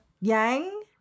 Yang